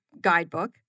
guidebook